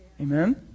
Amen